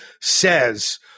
says